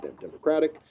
Democratic